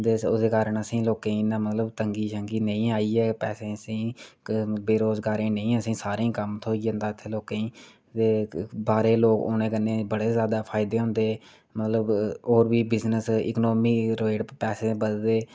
उस कारण असें लोकें गी मतलव दंगी नेईं आई ऐ पैसें दी बेरेजगारें गी असें सारें गी कम्म थ्होई जंदा असें लोकें गी ते बाह्रे दे लोग औने कन्नै बड़े फायदे होंदे मतलव होर बी बिजनस इकनॉमी रेट बधदे